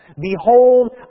Behold